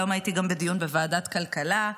היום הייתי גם בדיון בוועדת הכלכלה,